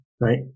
right